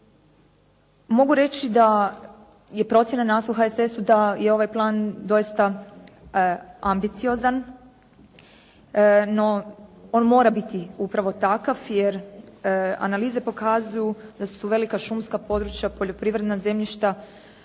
Mogu reći da je procjena nas u HSS-u da je ovaj plan doista ambiciozan, no on mora biti upravo takav jer analize pokazuju da su velika šumska područja, poljoprivredna zemljišta